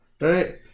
Right